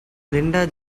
linda